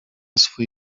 swój